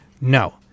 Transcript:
No